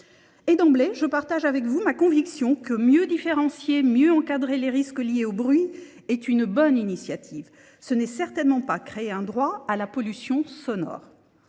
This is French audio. Et d'emblée, je partage avec vous ma conviction que mieux différencier, mieux encadrer les risques liés au bruit est une bonne initiative. Ce n'est certainement pas créer un droit à la pollution sonore.